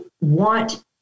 want